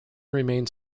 remained